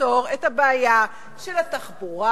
שיפתור את הבעיה של התחבורה,